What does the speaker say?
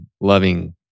loving